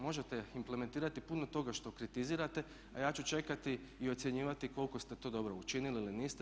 Možete implementirati puno toga što kritizirate, a ja ću čekati i ocjenjivati koliko ste to dobro učinili ili niste.